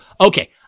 Okay